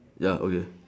ya okay